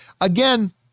Again